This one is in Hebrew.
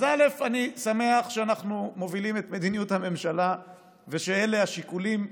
אז אני שמח שאנחנו מובילים את מדיניות הממשלה ושאלה השיקולים.